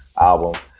album